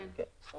כן.